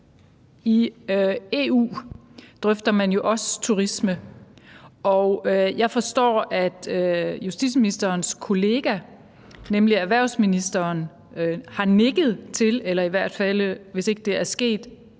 i EU drøfter man jo også turisme. Jeg forstår, at justitsministerens kollega erhvervsministeren har nikket til eller i hvert fald, hvis ikke det er sket